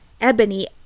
Ebony